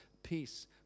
peace